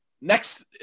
next